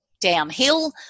downhill